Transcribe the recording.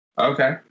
Okay